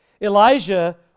Elijah